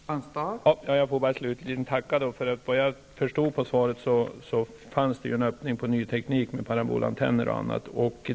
Fru talman! Jag vill slutligen bara tacka för svaret. Såvitt jag förstår finns det nu en öppning med hjälp av ny teknik med bl.a. parabolantenner.